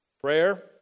Prayer